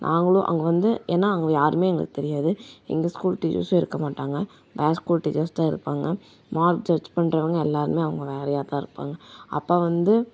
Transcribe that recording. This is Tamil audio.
நாங்களும் அங்கே வந்து ஏன்னால் அங்கே யாருமே எங்களுக்கு தெரியாது எங்கள் ஸ்கூல் டீச்சர்ஸும் இருக்க மாட்டாங்க வேறு ஸ்கூல் டீச்சர்ஸ் தான் இருப்பாங்க மார்க் ஜட்ஜ் பண்ணுறவங்க எல்லாேருமே அவங்க வேலையாகதான் இருப்பாங்க அப்போ வந்து